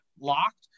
locked